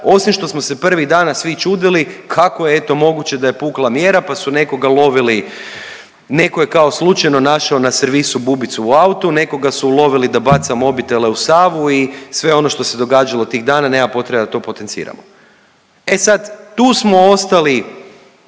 osim što smo se prvih dana svi čudili kako je eto moguće da je pukla mjera pa su nekoga lovili, netko je kao slučajno našao na servisu bubicu u autu, nekoga su ulovili da baca mobitele u Savu i sve ono što se događalo tih dana, nema potrebe da to potenciramo. E sad, tu smo ostali